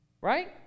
Right